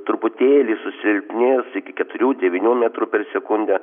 truputėlį susilpnės iki keturių devynių metrų per sekundę